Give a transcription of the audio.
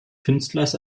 künstlers